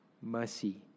mercy